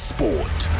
Sport